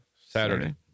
Saturday